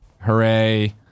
Hooray